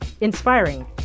inspiring